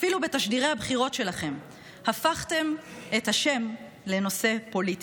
אפילו בתשדירי הבחירות שלכם הפכתם את ה' לנושא פוליטי.